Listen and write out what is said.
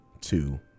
two